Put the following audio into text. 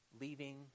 leaving